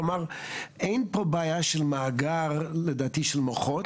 כלומר, אין פה בעיה של מאגר לדעתי של מוחות.